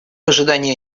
ожидания